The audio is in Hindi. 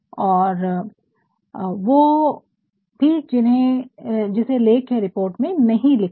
और वो भी जिसे लेख या रिपोर्ट में नहीं लिखा गया